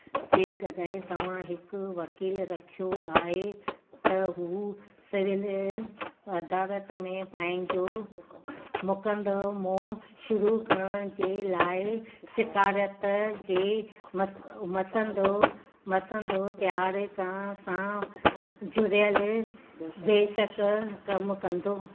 जेकॾहिं तव्हां हिकु वकील रखियो आहे त हू सिविल वधारत में पंहिंजो मुकंदव मो शुरू करण जे लाइ शिकारति जे मस्तु मसंदव मसंदव तयारु करण सां जुड़ियल बेशक़ कमु कंदो